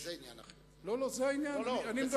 זה עניין אחר, לזה אני מסכים.